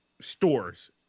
stores